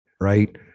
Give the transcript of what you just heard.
right